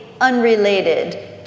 unrelated